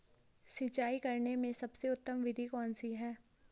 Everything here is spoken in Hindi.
सिंचाई करने में सबसे उत्तम विधि कौन सी है?